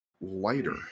lighter